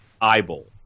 eyeball